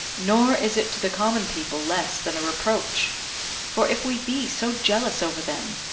nor is it to the common people less than a reproach for if we be so jealous over them,